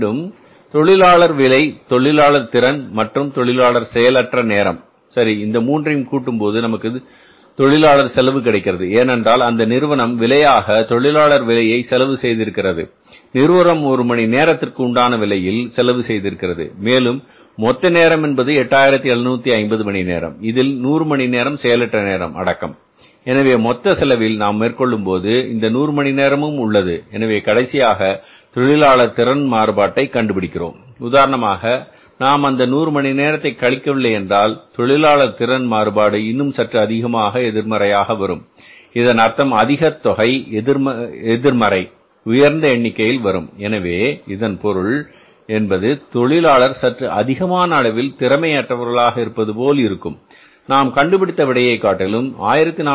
மீண்டும் தொழிலாளர் விலை தொழிலாளர் திறன் மற்றும் தொழிலாளர் செயல் அற்ற நேரம் சரி இந்த மூன்றையும் கூட்டும்போது நமக்கு தொழிலாளர் செலவு கிடைக்கிறது ஏனென்றால் அந்த நிறுவனம் விலையாக தொழிலாளர் விலையை செலவு செய்திருக்கிறது நிறுவனம் ஒரு மணி நேரத்திற்கு உண்டான விலையில் செலவு செய்திருக்கிறது மேலும் மொத்த நேரம் என்பது 8750 மணி நேரம் இதில் 100 மணி நேரம் செயலற்ற நேரம் அடக்கம் எனவே மொத்த செலவில் நாம் மேற்கொள்ளும் போது இந்த 100 மணி நேரமும் உள்ளது எனவே கடைசியாக தொழிலாளர் திறன் மாறுபாட்டை கண்டுபிடிக்கிறோம் உதாரணமாக நாம் அந்த 100 மணி நேரத்தை கழிக்கவில்லை என்றால் தொழிலாளர் திறன் மாறுபாடு இன்னும் சற்று அதிகமாக எதிர்மறையாக வரும் இதன் அர்த்தம் அதிக தொகை எதிர்மறை உயர்ந்த எண்ணிக்கையில் வரும் எனவே இதன் பொருள் என்பது தொழிலாளர் சற்று அதிகமான அளவில் திறமை அற்றவராக இருப்பதுபோல் இருக்கும் நாம் கண்டுபிடித்த விடையை காட்டிலும் 1462